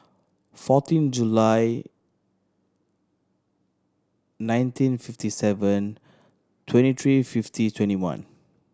fourteen July nineteen fifty seven twenty three fifty twenty one